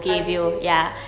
I'm okay with you